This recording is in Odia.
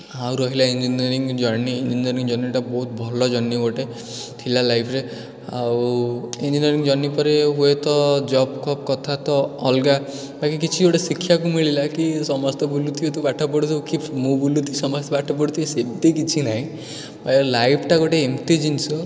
ଆଉ ରହିଲା ଇଞ୍ଜିନିୟରିଙ୍ଗ୍ ଯର୍ନି ଇଞ୍ଜିନିୟରିଙ୍ଗ୍ ଯର୍ନିଟା ବହୁତ ଭଲ ଯର୍ନି ଗୋଟେ ଥିଲା ଲାଇଫ୍ରେ ଆଉ ଇଞ୍ଜିନିୟରିଙ୍ଗ୍ ଯର୍ନି ପରେ ହୁଏତ ଜବ୍ ଫବ୍ କଥା ତ ଅଲଗା ବାକି କିଛି ଗୋଟେ ଶିଖିବାକୁ ମିଳିଲା କି ସମସ୍ତେ ବୁଲୁଥିବେ ତୁ ପାଠ ପଢୁଥିବୁ କି ମୁଁ ବୁଲୁଥିବି ସମସ୍ତେ ପାଠ ପଢୁଥିବେ ସେମିତି କିଛି ନାହିଁ ଭାଇ ଲାଇଫ୍ଟା ଗୋଟେ ଏମିତି ଜିନିଷ